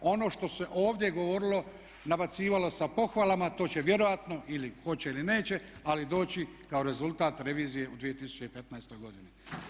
Ono što se ovdje govorilo nabacivalo sa pohvalama to će vjerojatno ili hoće ili neće ali doći kao rezultat revizije u 2015. godini.